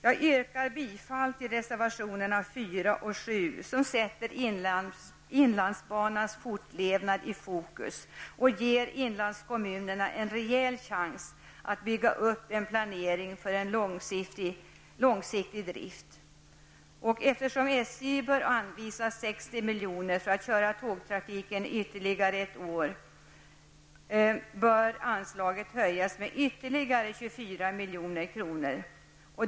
Jag yrkar bifall till reservationerna 4 och 7, som sätter inlandsbanans fortlevnad i fokus och ger inlandskommunerna en rejäl chans att bygga upp en planering för en långsiktig drift. SJ bör anvisas 60 milj.kr. för att köra tågtrafiken ytterligare ett år, och detta anslag bör höjas med ytterligare 24 milj.kr.